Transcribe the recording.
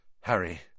Harry